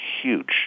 huge